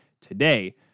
today